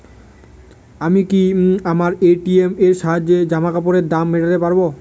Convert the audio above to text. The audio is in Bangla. আমি কি আমার এ.টি.এম এর সাহায্যে জামাকাপরের দাম মেটাতে পারব?